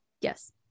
yes